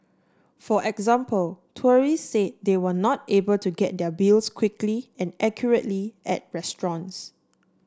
for example tourists said they were not able to get their bills quickly and accurately at restaurants